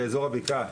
באזור הבקעה.